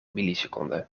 milliseconden